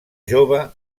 jove